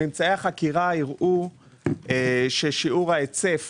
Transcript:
ממצאי החקירה הראו ששיעור ההיצף